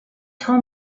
told